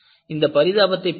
இந்த பரிதாபத்தை பாருங்கள்